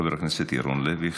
חבר הכנסת ירון לוי,